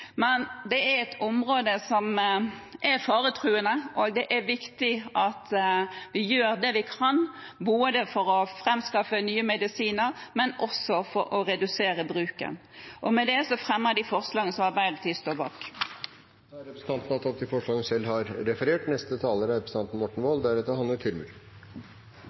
Men det er et område som er faretruende, og det er viktig at vi gjør det vi kan både for å fremskaffe nye medisiner og også for å redusere bruken. Med dette fremmer jeg de forslagene som Arbeiderpartiet står bak. Representanten Ruth Grung har tatt opp de forslagene hun refererte til. Arbeidet for å bekjempe antibiotikaresistens er